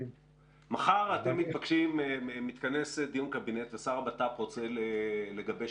מחר מתכנס דיון קבינט ושר הבט"פ רוצה לגבש